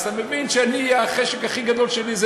אז אתה מבין שהחשק הכי גדול שלי הוא